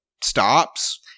stops